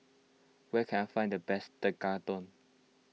where can I find the best Tekkadon